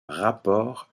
rapport